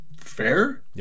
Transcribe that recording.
fair